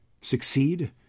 succeed